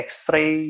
X-ray